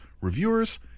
Reviewers